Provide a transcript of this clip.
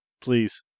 Please